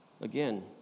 Again